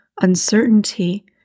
uncertainty